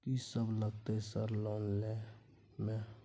कि सब लगतै सर लोन लय में?